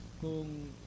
Kung